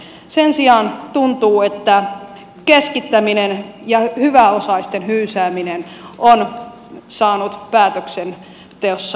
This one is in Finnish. sen sijaan tuntuu että keskittäminen ja hyväosaisten hyysääminen on saanut päätöksenteossa keskeisen roolin